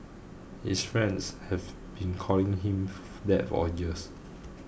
his friends have been calling him that for years